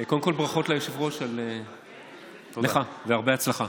קודם כול, ברכות ליושב-ראש, לך, והרבה הצלחה.